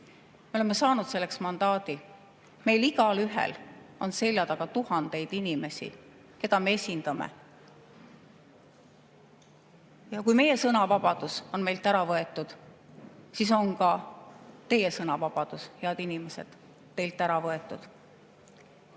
– mandaadi saanud. Meil igaühel on seljataga tuhandeid inimesi, keda me esindame. Kui meie sõnavabadus on meilt ära võetud, siis on ka teie sõnavabadus, head inimesed, teilt ära võetud.